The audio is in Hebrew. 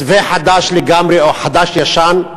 מתווה חדש לגמרי, או חדש-ישן,